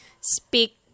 speak